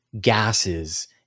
gases